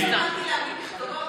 לא התכוונתי להמעיט בכבודו,